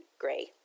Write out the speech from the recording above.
gray